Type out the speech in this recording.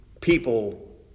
people